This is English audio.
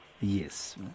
Yes